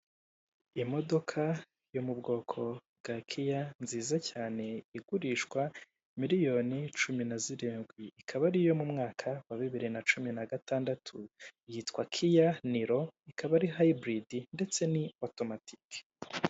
Imodoka yo mu bwoko bwa kiya nziza cyane igurishwa miliyoni cumi na zirindwi, ikaba ari iyo mu mwaka wa bibiri na cumi na gatandatu yitwa kiya niro ikaba ari hayiburidi ndetse n'i otomatike.